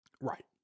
Right